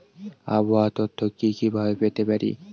আবহাওয়ার তথ্য কি কি ভাবে পেতে পারি?